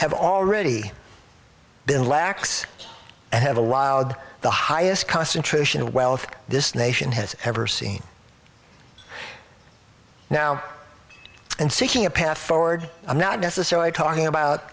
have already been lax and have allowed the highest concentration of wealth this nation has ever seen now and seeking a path forward i'm not necessarily talking about